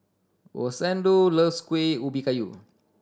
Rosendo loves Kuih Ubi Kayu